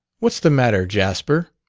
what's the matter, jasper?